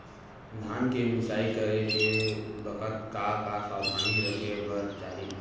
धान के मिसाई करे के बखत का का सावधानी रखें बर चाही?